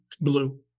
blue